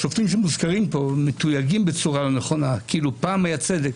השופטים שמוזכרים פה מתויגים בצורה לא נכונה כאילו פעם היה צדק.